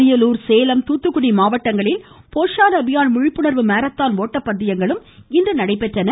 அரியலூர் சேலம் தூத்துக்குடி மாவட்டங்களில் போஷான் அபியான் விழிப்புணர்வு மாரத்தான் ஒட்டப்பந்தயங்களும் இன்று நடைபெற்றன